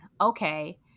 Okay